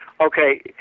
Okay